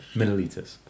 milliliters